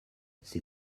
ses